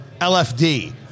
LFD